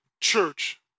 Church